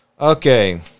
Okay